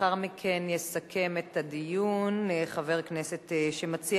לאחר מכן יסכם את הדיון חבר הכנסת שמציע